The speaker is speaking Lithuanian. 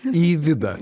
į vydą